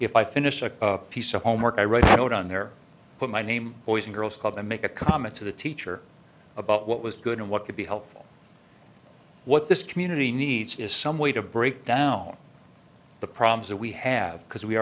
if i finish a piece of homework i write a note on there put my name boys and girls club and make a comment to the teacher about what was good and what could be helpful what this community needs is some way to break down all the problems that we have because we